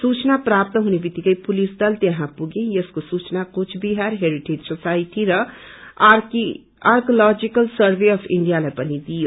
सूचना प्राप्त हुने बितिक्कै पुलिस दल त्यहाँ पुगे यसको सूचना कुचबिहार हेरीटेज सोसाइटी र आर्किलजिकल सरभे अफ इण्डिया लाई पनि दिइयो